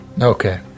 Okay